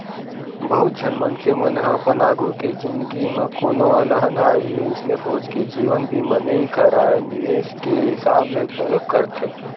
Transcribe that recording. बहुत झन मनखे मन ह अपन आघु के जिनगी म कोनो अलहन आही अइसने सोच के जीवन बीमा नइ कारय निवेस के हिसाब ले घलोक करथे